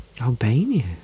Albania